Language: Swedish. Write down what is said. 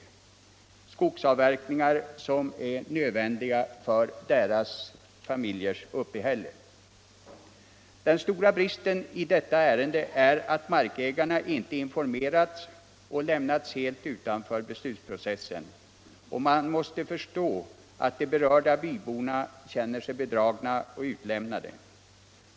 De skogsavverkningar det gäller är nödvändiga för att markägarna och deras familjer skall få sitt uppehälle. Den stora bristen i detta ärende är att markägarna inte informerats utan lämnats helt utanför beslutsprocessen. Man måste förstå att de berörda byborna känner sig bedragna och utlämnade.